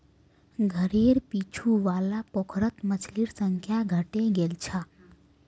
घरेर पीछू वाला पोखरत मछलिर संख्या घटे गेल छ